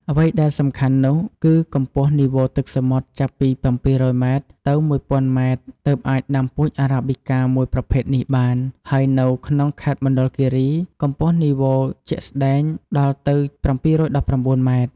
អ្វីដែលសំខាន់នោះ គឺកម្ពស់នីវ៉ូទឹកសមុទ្រចាប់ពី៧០០ម៉ែត្រ ទៅ១០០០ម៉ែត្រទើបអាចដាំពូជ Arabicaមួយប្រភេទនេះបាន ហើយនៅក្នុងខេត្តមណ្ឌលគិរី កម្ពស់នីវ៉ូជាក់ស្តែងដល់ទៅ៧១៩ម៉ែត្រ។